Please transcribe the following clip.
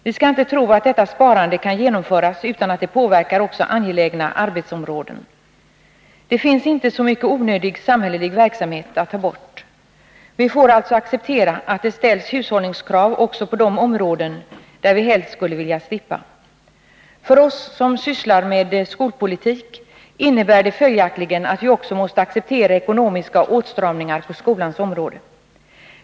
Vi skall inte tro att detta sparande kan genomföras utan att det påverkar också angelägna arbetsområden. Det finns inte så mycket onödig samhällelig verksamhet att ta bort. Vi får alltså acceptera att det ställs hushållningskrav också på de områden där vi helst skulle vilja slippa. För oss som sysslar med skolpolitik innebär det följaktligen att vi också måste acceptera ekonomiska åtstramningar på skolans område.